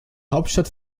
hauptstadt